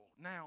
now